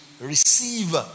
receive